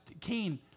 Cain